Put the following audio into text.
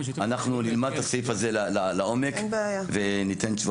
אנחנו נלמד את הסעיף הזה לעומק וניתן תשובה.